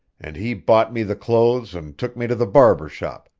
and he bought me the clothes and took me to the barber shop,